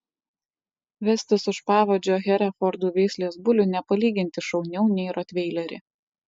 vestis už pavadžio herefordų veislės bulių nepalyginti šauniau nei rotveilerį